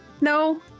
No